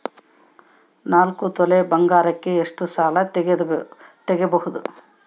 ನಾಲ್ಕು ತೊಲಿ ಬಂಗಾರಕ್ಕೆ ಎಷ್ಟು ಸಾಲ ತಗಬೋದು?